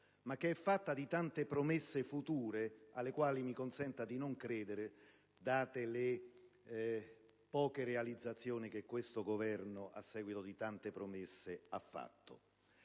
ma che è fatta di tante promesse future alle quali mi consenta di non credere, date le poche realizzazioni che questo Governo, a seguito di tante promesse, ha fatto.